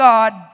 God